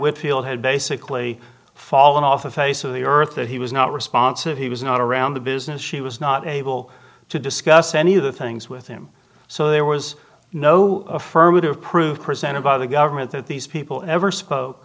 whitfield had basically fallen off the face of the earth that he was not responsive he was not around the business she was not able to discuss any of the things with him so there was no affirmative proof presented by the government that these people ever spoke